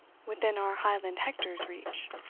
within our highland hector's reach.